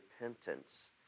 repentance